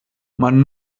man